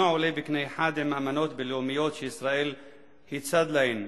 עולה בקנה אחד עם אמנות בין-לאומיות שישראל היא צד להן.